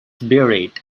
buried